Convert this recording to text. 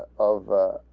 of ah.